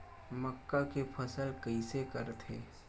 मक्का के फसल कइसे करथे?